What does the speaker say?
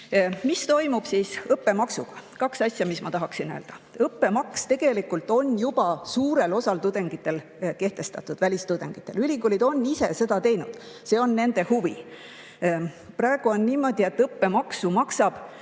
Mis toimub õppemaksuga? Kaks asja, mis ma tahaksin öelda. Õppemaks tegelikult on juba suurel osal välistudengitel kehtestatud. Ülikoolid on ise seda teinud, see on nende huvi. Praegu on niimoodi, et õppemaksu maksab,